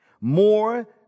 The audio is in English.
More